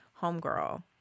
homegirl